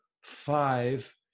five